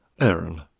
Aaron